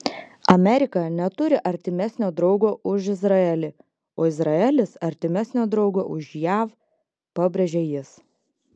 amerika neturi artimesnio draugo už izraelį o izraelis artimesnio draugo už jav pabrėžė jis